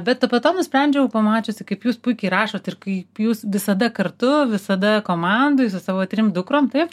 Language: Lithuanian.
bet po to nusprendžiau pamačiusi kaip jūs puikiai rašot ir kaip jūs visada kartu visada komandoj su savo trim dukrom taip